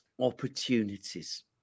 opportunities